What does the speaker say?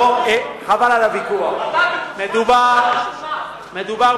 אתה בקופסה סגורה אטומה.